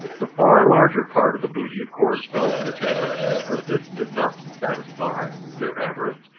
the far larger part of the booty of course fell to the templars but this did not satisfy their avarice.